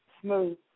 Smooth